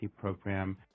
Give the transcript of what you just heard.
Program